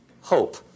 hope